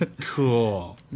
Cool